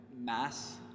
mass